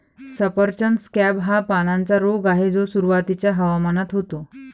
सफरचंद स्कॅब हा पानांचा रोग आहे जो सुरुवातीच्या हवामानात होतो